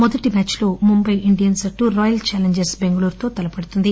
మొదటి మ్యాచ్ లో ముంబై ఇండియన్స్ జట్టు రాయల్ ఛాలెంజర్స్ బెంగుళూరుతో తలపడుతుంది